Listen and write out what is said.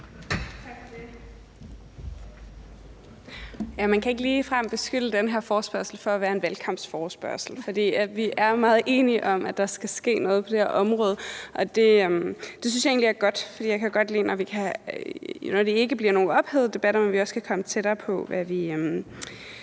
man kan ikke ligefrem beskylde den her forespørgsel for at være en valgkampsforespørgsel, for vi er meget enige om, at der skal ske noget på det her område, og det synes jeg egentlig er godt. For jeg kan godt lide, når det ikke bliver nogle ophedede debatter, men at vi kan komme tættere på, hvad vi